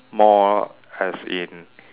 more as in